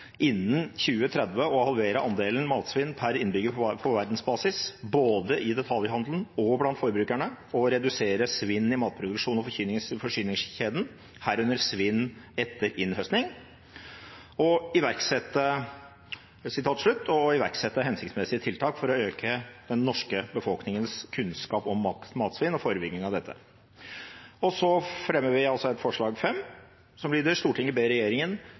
2030 halvere andelen matsvinn per innbygger på verdensbasis, både i detaljhandelen og blant forbrukere, og redusere svinn i produksjons- og forsyningskjeden, herunder svinn etter innhøsting», å iverksette hensiktsmessige tiltak for å øke befolkningens kunnskap om matsvinn og forebygging av dette.» Vi fremmer også et forslag, forslag nr. 5, som lyder: «Stortinget ber om at regjeringen,